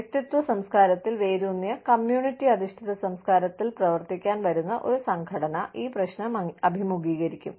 വ്യക്തിത്വ സംസ്കാരത്തിൽ വേരൂന്നിയ കമ്മ്യൂണിറ്റി അധിഷ്ഠിത സംസ്കാരത്തിൽ പ്രവർത്തിക്കാൻ വരുന്ന ഒരു സംഘടന ഈ പ്രശ്നം അഭിമുഖീകരിക്കും